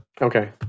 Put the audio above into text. Okay